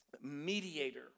mediator